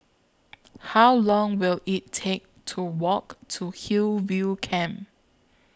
How Long Will IT Take to Walk to Hillview Camp